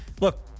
look